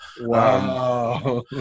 Wow